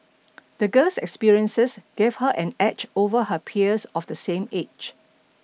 the girl's experiences gave her an edge over her peers of the same age